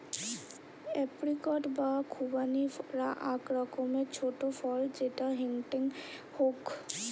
apricot বা খুবানি আক রকমের ছোট ফল যেটা হেংটেং হউক